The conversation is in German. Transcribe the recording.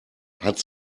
hat